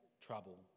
trouble